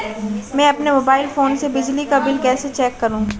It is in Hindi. मैं अपने मोबाइल फोन से बिजली का बिल कैसे चेक करूं?